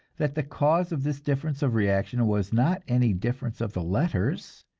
that the cause of this difference of reaction was not any difference of the letters,